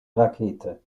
rakete